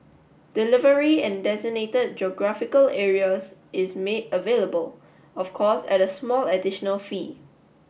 delivery in designated geographical areas is made available of course at a small additional fee